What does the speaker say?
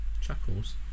Chuckles